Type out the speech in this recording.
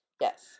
Yes